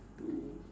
two